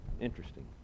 Interesting